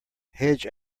hedge